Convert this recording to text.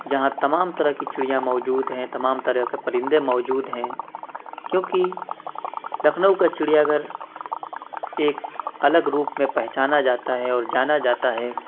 جہاں تمام طرح کی چڑیا موجود ہیں تمام طرح کے پرندے موجود ہیں کیوں کہ لکھنؤ کا چڑیا گھر ایک الگ روپ میں پہچانا جاتا ہے اور جانا جاتا ہے